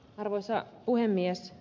arvoisa puhemies